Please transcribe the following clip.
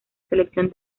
selección